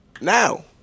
now